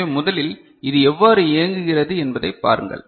எனவே முதலில் இது எவ்வாறு இயங்குகிறது என்பதைப் பாருங்கள்